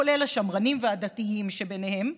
כולל השמרנים והדתיים שביניהם,